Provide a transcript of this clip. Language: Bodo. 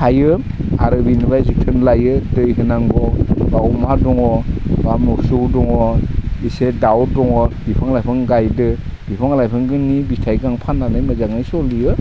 थायो आरो बिनिफ्राय जोथोन लायो दै होनांगौआव मा दङ बा मोसौ दङ एसे दाउ दङ बिफां लाइफां गायदो बिफां लाइफांखो बिथाइखो फाननानै मोजाङै सोलियो